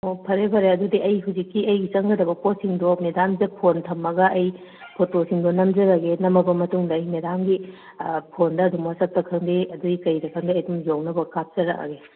ꯑꯣ ꯐꯔꯦ ꯐꯔꯦ ꯑꯗꯨꯗꯤ ꯑꯩ ꯍꯧꯖꯤꯛꯀꯤ ꯑꯩꯒꯤ ꯆꯪꯒꯗꯕ ꯄꯣꯠꯁꯤꯡꯗꯣ ꯃꯦꯗꯥꯝꯗ ꯐꯣꯟ ꯊꯝꯃꯒ ꯑꯩ ꯐꯣꯇꯣꯁꯤꯡꯗꯣ ꯅꯝꯖꯔꯒꯦ ꯅꯝꯃꯕ ꯃꯇꯨꯡꯗ ꯑꯩ ꯃꯦꯗꯥꯝꯒꯤ ꯐꯣꯟꯗ ꯑꯗꯨꯝ ꯋꯥꯆꯞꯇ ꯈꯪꯗꯦ ꯑꯗꯒꯤ ꯀꯩꯗ ꯈꯪꯗꯦ ꯑꯩ ꯑꯗꯨꯝ ꯌꯧꯅꯕ ꯀꯥꯞꯆꯔꯛꯑꯒꯦ